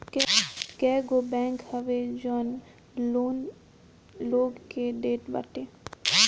कईगो बैंक हवे जवन लोन लोग के देत बाटे